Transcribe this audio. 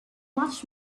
much